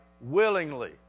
willingly